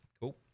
cool